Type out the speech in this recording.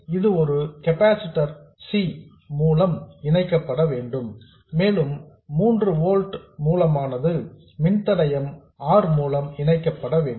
எனவே இது ஒரு கெபாசிட்டர் C மூலம் இணைக்கப்பட வேண்டும் மேலும் 3 வோல்ட்ஸ் மூலமானது மின்தடையம் R மூலம் இணைக்கப்பட வேண்டும்